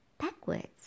backwards